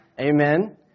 Amen